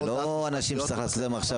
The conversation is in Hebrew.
זה לא אנשים שצריך לעשות להם עכשיו